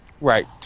right